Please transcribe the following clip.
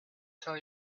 tell